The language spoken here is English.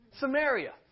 Samaria